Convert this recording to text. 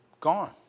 Gone